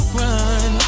run